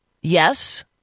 yes